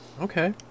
okay